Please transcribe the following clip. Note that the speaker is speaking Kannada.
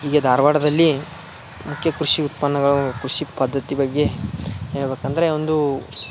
ಹೀಗೆ ಧಾರವಾಡದಲ್ಲಿ ಮುಖ್ಯ ಕೃಷಿ ಉತ್ಪನ್ನಗಳು ಕೃಷಿ ಪದ್ಧತಿ ಬಗ್ಗೆ ಹೇಳ್ಬೇಕು ಅಂದರೆ ಒಂದು